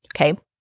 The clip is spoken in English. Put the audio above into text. Okay